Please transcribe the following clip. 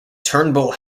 turnbull